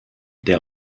der